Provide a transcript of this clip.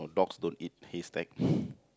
dogs don't eat hay stack